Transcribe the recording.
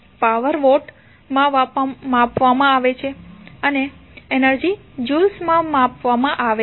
power watt માં માપવામાં આવે છે અને એનર્જી જ્યુલ્સ માં માપવામાં આવે છે